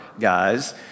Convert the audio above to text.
guys